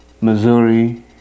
Missouri